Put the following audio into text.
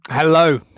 hello